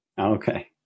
Okay